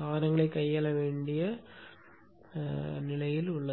சாதனங்களை கையாள வேண்டி உள்ளன